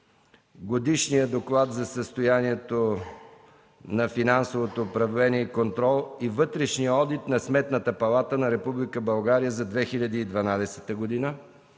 Годишният доклад за състоянието на финансовото управление и контрол и вътрешният одит на Сметната палата на Република